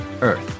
earth